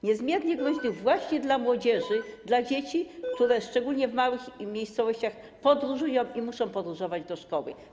Niezmiernie groźnych właśnie dla młodzieży, dla dzieci, którzy szczególnie w małych miejscowościach podróżują i muszą podróżować do szkoły.